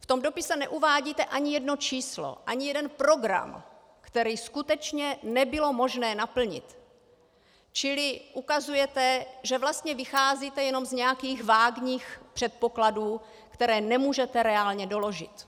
V tom dopise neuvádíte ani jedno číslo, ani jeden program, který skutečně nebylo možné naplnit, čili ukazujete, že vlastně vycházíte jen z nějakých vágních předpokladů, které nemůžete reálně doložit.